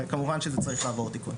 וכמובן שזה צריך לעבור תיקון.